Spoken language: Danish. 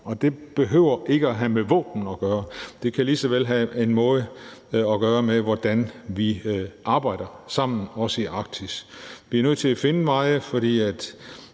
det behøver ikke at have med våben at gøre. Det kan lige så vel have at gøre med, hvordan vi arbejder sammen – også i Arktis. Vi er nødt til at finde veje, for